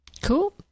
Cool